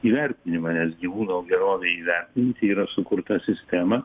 įvertinimą nes gyvūno gerovę įvertinti yra sukurta sistema